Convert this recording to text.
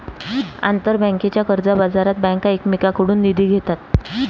आंतरबँकेच्या कर्जबाजारात बँका एकमेकांकडून निधी घेतात